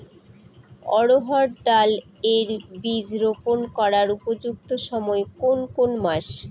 অড়হড় ডাল এর বীজ রোপন করার উপযুক্ত সময় কোন কোন মাস?